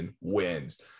wins